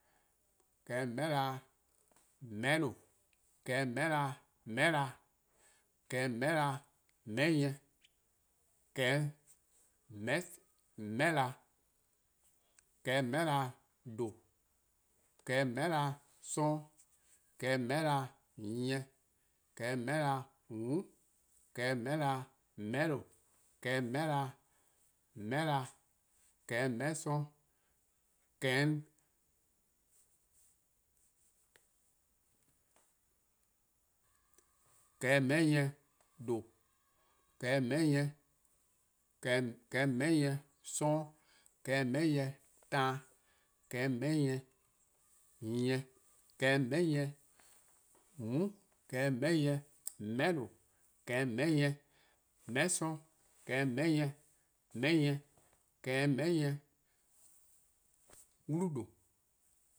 :Kehehn' :meheh'na :meheh'lo, :kehehn' :meheh'na :meheh'na, :kehehn' :meheh'na :meheh' nyieh, :kehehn' :meheh'na', :kehehn' :meheh'na :due', :kehehn' :meheh'na 'sororn', :kehehn' :meheh':meheh'na nyieh, :kehehn' :meheh'na :mm', :kehehn' :meheh'na :meheh'lo:. :kehehn' :meheh'na :meheh'na, :kehehn', :meheh'nyieh :due', :kehehn', :meheh'nyieh 'sororn', :kehehn', :meheh'nyieh taan, :kehehn', :meheh'nyieh nyieh, :kehehn', :meheh'nyieh :mm', :kehehn', :meheh'nyieh :meheh' lo:, :kehehn', :meheh'nyieh :meheh' 'sorn, :kehehn', :meheh'nyieh :meheh' nyieh, 'wlu :due'..